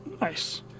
Nice